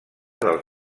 dels